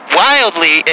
wildly